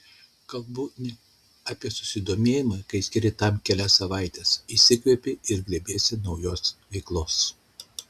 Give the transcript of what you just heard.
kalbu ne apie susidomėjimą kai skiri tam kelias savaites išsikvepi ir grėbiesi naujos veiklos